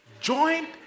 joint